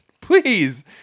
please